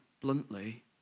bluntly